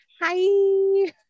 hi